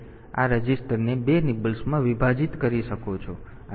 તેથી આ રજીસ્ટરને 2 નિબલ્સમાં વિભાજિત કરી શકો છો